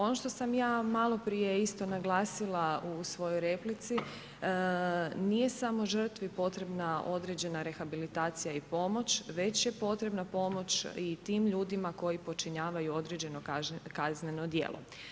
Ono što sam ja maloprije isto naglasila u svojoj replici, nije samo žrtvi potrebna određena rehabilitacija i pomoć već je potrebna pomoć i tim ljudima koji počinjavaju određeno kazneno djelo.